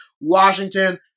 Washington